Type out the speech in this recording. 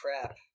crap